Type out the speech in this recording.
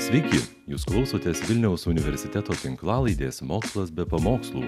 sveiki jūs klausotės vilniaus universiteto tinklalaidės mokslas be pamokslų